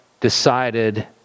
decided